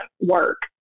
work